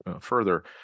further